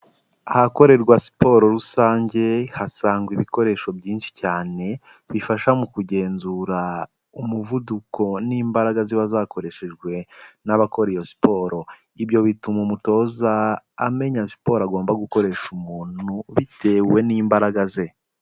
Ahakorerwa siporo rusange hasangwa ibikoresho byinshi cyane, bifasha mu kugenzura umuvuduko n'imbaraga ziba zakoreshejwe n'abakora iyo siporo, ibyo bituma umutoza amenya siporo agomba gukoresha umuntu bitewe n'imbaraga ze.